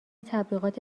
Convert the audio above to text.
تبلیغات